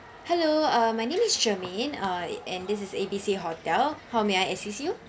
hello uh my name is germaine uh and this is A B C hotel how may I assist you